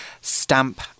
stamp